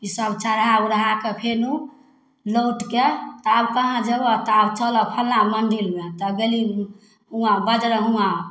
ईसब चढ़ै उढ़ैके फेर लौटिके आब कहाँ जेबऽ तऽ आब चलऽ फल्लाँ मन्दिरमे तऽ गेली हुआँ बजरऽ हुआँ